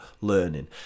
learning